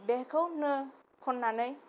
बेखौनो खननानै